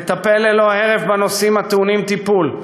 לטפל ללא הרף בנושאים הטעונים טיפול,